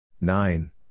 Nine